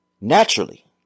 naturally